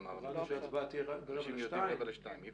אז